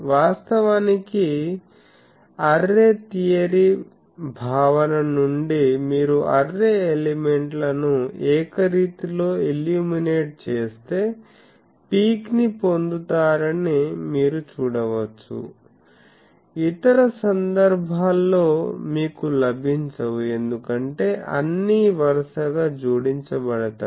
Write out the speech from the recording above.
వాస్తవానికి array theory భావన నుండి మీరు అర్రే ఎలిమెంట్లను ఏకరీతిలో ఇల్యూమినేట్ చేస్తే పీక్ ని పొందుతారని మీరు చూడవచ్చు ఇతర సందర్భాల్లో మీకు లభించవు ఎందుకంటే అన్నీ వరుసగా జోడించబడతాయి